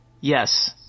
Yes